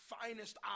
finest